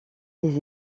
des